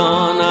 on